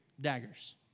daggers